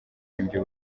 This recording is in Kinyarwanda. nibyo